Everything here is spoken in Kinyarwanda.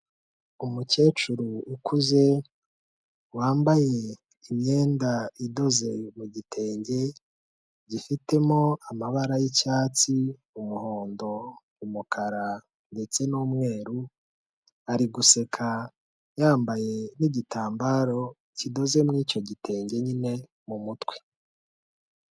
Umukecuru ukuze, wambaye imyenda idoze mu gitenge, gifitemo amabara y'icyatsi, umuhondo, umukara ndetse n'umweru, ari guseka yambaye n'igitambaro kidoze muri icyo gitenge nyine mu mutwe.